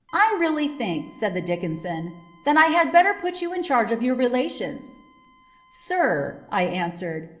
i really think, said the dickensian, that i had better put you in charge of your relations sir, i answered,